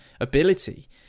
ability